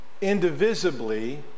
indivisibly